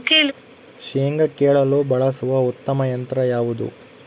ಶೇಂಗಾ ಕೇಳಲು ಬಳಸುವ ಉತ್ತಮ ಯಂತ್ರ ಯಾವುದು?